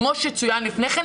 כמו שצוין לפני כן,